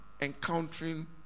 encountering